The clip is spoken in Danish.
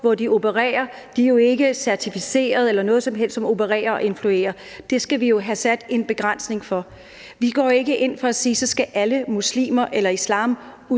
inflydelse. De er jo ikke certificerede eller noget som helst. Det skal vi jo have sat en begrænsning for. Vi går ikke ind for at sige, at så skal alle muslimer eller islam